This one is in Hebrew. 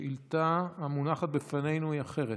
השאילתה המונחת לפנינו היא אחרת.